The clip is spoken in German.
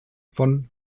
von